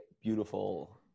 beautiful